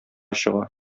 чыга